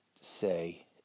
say